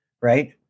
right